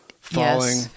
falling